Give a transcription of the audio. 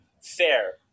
Fair